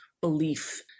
belief